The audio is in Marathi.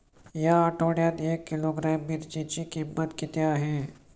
या आठवड्यात एक किलोग्रॅम मिरचीची किंमत किती आहे?